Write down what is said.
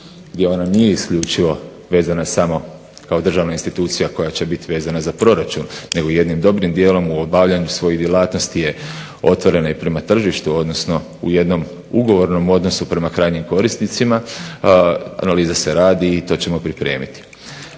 gdje ona nije isključivo vezana samo kao državna institucija koja će biti vezana za proračun nego jednim dobrim dijelom u obavljanju svojih djelatnosti je otvorena i prema tržištu odnosno u jednom ugovornom odnosu prema krajnjim korisnicima, analiza se radi i to ćemo pripremiti.